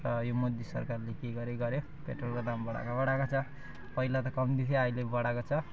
र यो मोदी सरकारले के गर्यो गर्यो पेट्रोलको दाम बढाएको बढाएकै छ पहिला त कम्ती थियो अहिले बढाएको छ